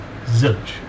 Zilch